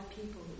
people